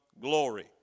glory